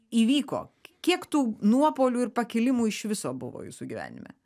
įvyko kiek tų nuopuolių ir pakilimų iš viso buvo jūsų gyvenime